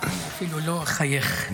--- אפילו לא אחייך.